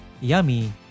Yummy